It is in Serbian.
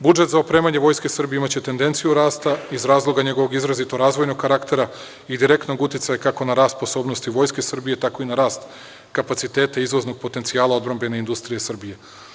Budžet za opremanje Vojske Srbije imaće tendenciju rasta iz razloga njegovog izrazito razvojnog karaktera i direktnog uticaja kako na rast sposobnosti Vojske Srbije, tako i na rast kapaciteta izvoznog potencijala odbrambene industrije Srbije.